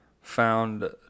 found